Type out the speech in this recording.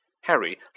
Harry